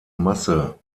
masse